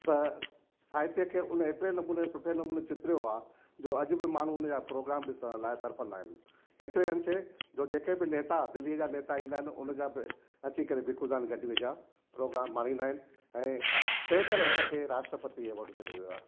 त स साहित्य खे हुन हेतिरे नमूने सुठे नमूने चित्रियो आहे जो अॼु बि माण्हू हुनजा प्रोग्राम ॾिसण लाइ तरफंदा हिन एतिरे अंशे जो जेके बि नेता दिल्ली जा नेता ईंदा हिन हुनजा बि अची करे भिखुदान गढ़वी जा प्रोग्राम माणींदा आहिनि ऐं तंहिं करे हिनखे राष्ट्रपति एवॉड मिलियो वियो आहे